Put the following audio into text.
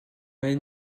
est